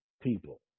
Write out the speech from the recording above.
people